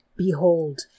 Behold